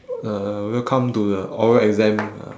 uh welcome to the oral exam